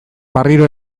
berriro